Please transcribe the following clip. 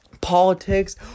politics